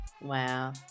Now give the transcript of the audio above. Wow